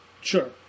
Sure